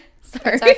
Sorry